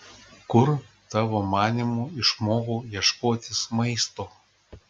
kur tavo manymu išmokau ieškotis maisto